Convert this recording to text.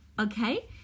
Okay